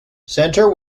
centre